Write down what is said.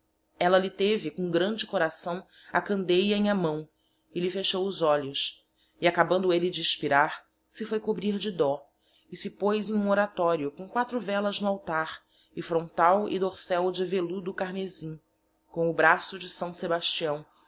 ella lhe teve com grande coraçaõ a candeia em a maõ e lhe fechou os olhos e acabando elle de espirar se foi cobrir de dó e se poz em hum oratorio com quatro vellas no altar e frontal e dorsel de veludo carmesi com o braço de saõ sebastiaõ